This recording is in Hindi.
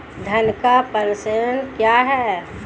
धन का प्रेषण क्या है?